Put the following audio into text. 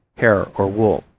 hair or wool.